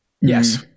Yes